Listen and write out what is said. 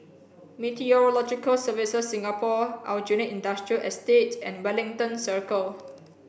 Meteorological Services Singapore Aljunied Industrial Estate and Wellington Circle